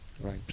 Right